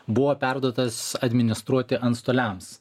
buvo perduotas administruoti antstoliams